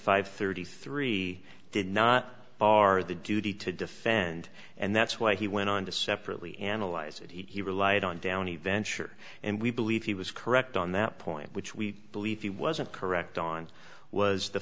and thirty three dollars did not bar the duty to defend and that's why he went on to separately analyze it he relied on downey venture and we believe he was correct on that point which we believe he wasn't correct on was the